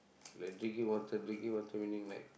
like drinking water drinking water meaning like